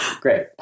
great